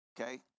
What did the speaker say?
okay